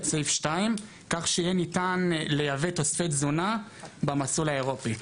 את סעיף (2) כך שיהיה ניתן לייבא תוספי תזונה במסלול האירופי.